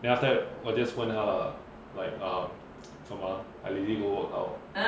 then after that 我 just 问她 uh like ah so ma I lazy go work how